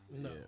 No